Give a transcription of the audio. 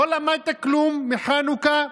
לא למדת כלום מחנוכה?